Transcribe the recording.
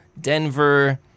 Denver